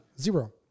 zero